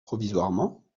provisoirement